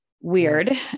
Weird